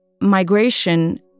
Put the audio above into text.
Migration